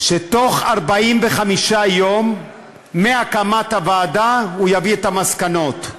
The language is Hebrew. שבתוך 45 יום מהקמת הוועדה הוא יביא את המסקנות.